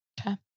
Okay